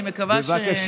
אני מקווה שאני גם איבחר.